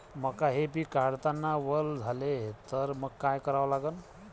मका हे पिक काढतांना वल झाले तर मंग काय करावं लागन?